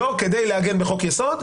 לא כדי להגן בחוק-יסוד,